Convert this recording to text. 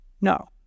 No